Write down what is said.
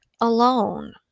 alone